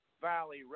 Valley